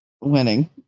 Winning